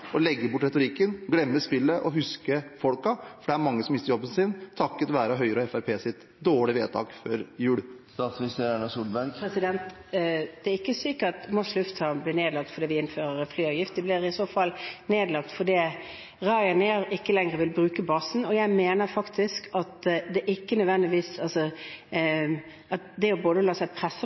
legge bort retorikken, glemme spillet og huske folkene? Det er mange som mister jobben sin, takket være Høyre og Fremskrittspartiets dårlige vedtak før jul. Det er ikke slik at Moss lufthavn blir nedlagt fordi vi innfører en flyseteavgift – den blir i så fall nedlagt fordi Ryanair ikke lenger vil bruke denne basen. Jeg mener at det å la seg presse av et slikt selskap ikke er riktig. Jeg mener også at det